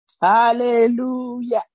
Hallelujah